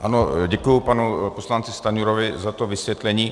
Ano, děkuji panu poslanci Stanjurovi za to vysvětlení.